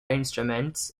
instruments